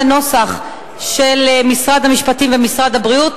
הנוסח של משרד המשפטים ומשרד הבריאות,